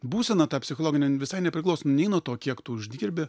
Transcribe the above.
būsena ta psichologinė visai nepriklauso nei nuo to kiek tu uždirbi